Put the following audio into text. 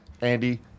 Andy